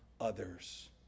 others